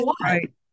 Right